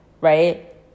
right